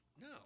No